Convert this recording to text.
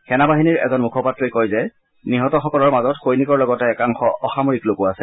সেনা বাহিনীৰ এজন মুখপাত্ৰই কয় যে নিহতসকলৰ মাজত সৈনিকৰ লগতে একাংশ অসামৰিক লোকো আছে